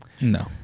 No